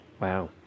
Wow